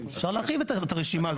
להרחיב את הרשימה.